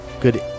good